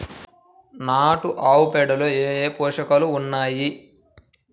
నాటు ఆవుపేడలో ఏ ఏ పోషకాలు ఉన్నాయి?